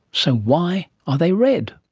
so why are they red?